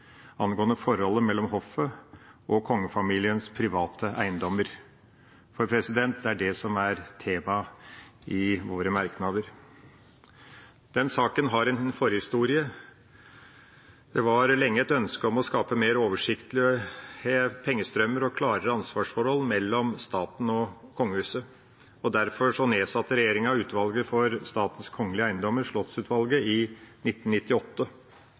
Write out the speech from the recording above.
angående forholdet mellom hoffet og kongefamiliens private eiendommer. Det er det som er tema i våre merknader. Denne saken har en forhistorie. Det var lenge et ønske om å skape mer oversiktlige pengestrømmer og klarere ansvarsforhold mellom staten og kongehuset. Derfor nedsatte regjeringa utvalget for statens kongelige eiendommer, Slottsutvalget, i 1998.